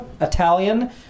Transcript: Italian